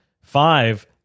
five